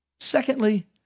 Secondly